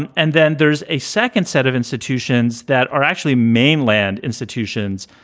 and and then there's a second set of institutions that are actually mainland institutions.